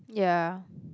ya